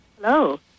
hello